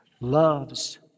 loves